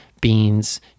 beans